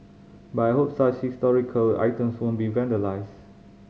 but I hope such historical items won't be vandalised